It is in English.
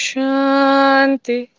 Shanti